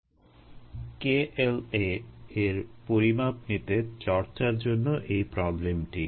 KLa এর পরিমাপ নিতে চর্চার জন্য এই প্রবলেমটি